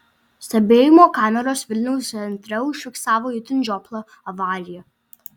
stebėjimo kameros vilniaus centre užfiksavo itin žioplą avariją